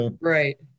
Right